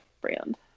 brand